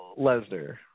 Lesnar